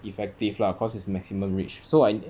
effective lah cause it's maximum reach so I